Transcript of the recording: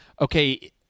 okay